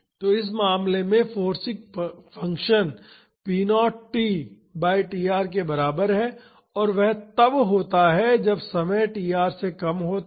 तो इस मामले में forcing function p 0 t by tr के बराबर है और वह तब होता है जब समय tr से कम होता है